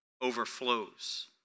overflows